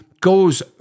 goes